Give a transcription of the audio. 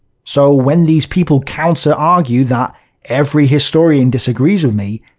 so, when these people counter argue that every historian disagrees with me,